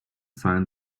find